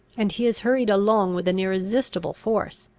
and he is hurried along with an irresistible force,